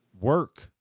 work